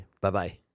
Bye-bye